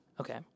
Okay